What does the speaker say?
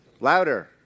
Louder